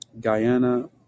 Guyana